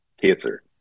cancer